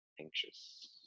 anxious